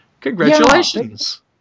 Congratulations